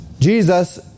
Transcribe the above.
Jesus